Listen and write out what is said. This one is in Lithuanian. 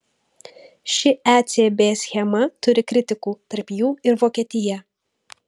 ši ecb schema turi kritikų tarp jų ir vokietija